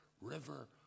river